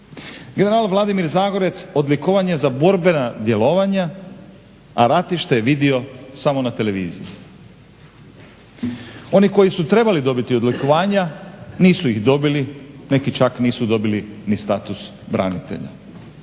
General Vladimir Zagorec odlikovan je za borbena djelovanja, a ratište je vidio samo na televiziji. Oni koji su trebali dobiti odlikovanja nisu ih dobili, neki čak nisu dobili ni status branitelja.